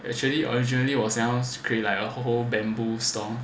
actually originally 我想要 create like a whole bamboo store